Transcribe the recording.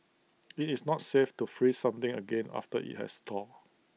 IT is not safe to freeze something again after IT has thawed